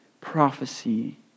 prophecy